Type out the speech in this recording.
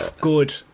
Good